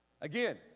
Again